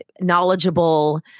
knowledgeable